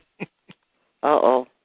Uh-oh